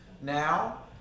now